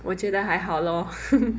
我觉得还好咯